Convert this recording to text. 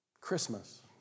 Christmas